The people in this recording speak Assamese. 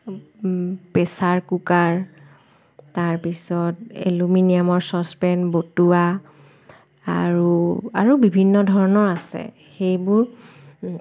প্ৰেছাৰ কুকাৰ তাৰপিছত এলুমিনিয়ামৰ ছচপেন বতুৱা আৰু আৰু বিভিন্ন ধৰণৰ আছে সেইবোৰ